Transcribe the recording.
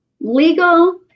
legal